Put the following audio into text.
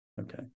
Okay